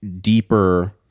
deeper